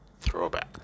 throwback